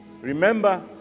Remember